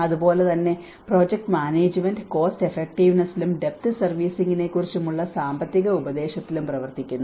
അതുപോലെ തന്നെ project management cost എഫക്റ്റീവ്നെസ്സിലും ഡെപ്ത് സർവീസിംഗിനെക്കുറിച്ചുള്ള സാമ്പത്തിക ഉപദേശത്തിലും പ്രവർത്തിക്കുന്നു